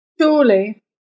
Surely